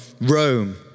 Rome